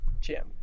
Jim